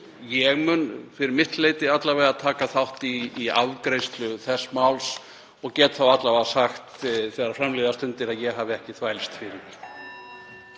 ég mun fyrir mitt leyti taka þátt í afgreiðslu þess máls og get þá alla vega sagt, þegar fram líða stundir, að ég hafi ekki þvælst fyrir.